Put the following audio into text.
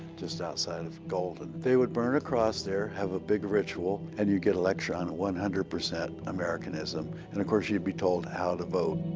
just outside of golden. they would burn cross there, have a big ritual, and you get a lecture on one hundred percent americanism. and of course, you'd be told how to vote.